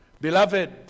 Beloved